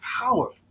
powerful